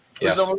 Yes